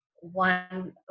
one